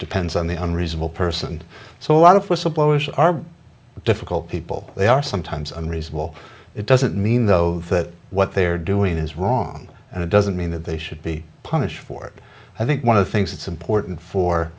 depends on the unreasonable person and so a lot of whistleblowers are difficult people they are sometimes unreasonable it doesn't mean though that what they are doing is wrong and it doesn't mean that they should be punished for it i think one of the things that's important for